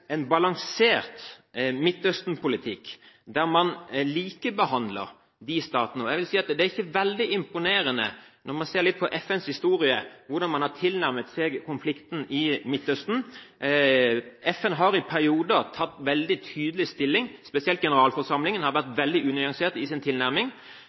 balansert Midtøsten-politikk, der man likebehandler statene. Det er ikke veldig imponerende, om man ser litt på FNs historie, hvordan man har tilnærmet seg konflikten i Midtøsten. FN har i perioder tatt veldig tydelig stilling. Spesielt generalforsamlingen har vært veldig unyansert i sin tilnærming.